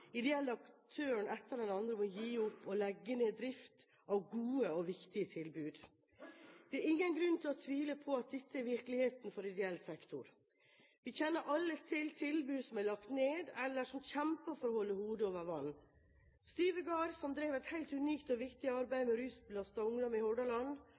ideelle aktøren etter den andre må gi opp og legge ned driften av gode og viktige tilbud. Det er ingen grunn til å tvile på at dette er virkeligheten for ideell sektor. Vi kjenner alle til tilbud som er lagt ned eller som kjemper for å holde hodet over vannet: Styve Gard, som drev et helt unikt og viktig arbeid med rusbelastet ungdom i Hordaland,